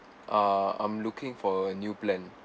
ah I'm looking for a new plan